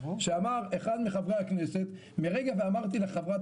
שאמר אחד מחברי הכנסת: מרגע שאמרתי לחברת